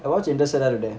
I watched interstellar today